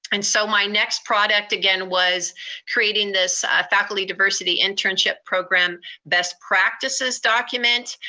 and so my next product again was creating this faculty diversity internship program best practices document.